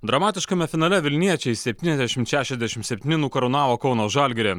dramatiškame finale vilniečiai septyniasdešimt šešiasdešimt septyni nukarūnavo kauno žalgirį